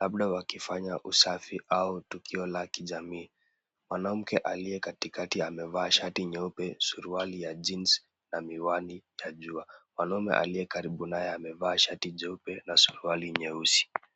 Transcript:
labda wakifanya usafi au tukio la kijamii. Mwanamke aliye katikati amevaa shati nyeupe suruali ya jeans na miwani ya jua. Mwanaume aliye karibu naye amevaa shati jeupe na suruali nyeusi.